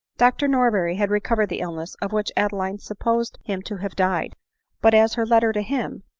dr norberry had recovered the ihness of which ade line supposed him to have died but as her letter to him,